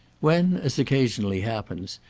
when, as occasionally happens,